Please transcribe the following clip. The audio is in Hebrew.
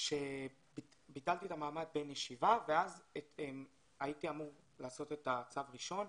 את מעמד בן ישיבה, הייתי אמור לעשות צו ראשון,